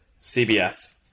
CBS